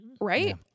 right